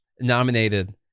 nominated